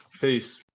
peace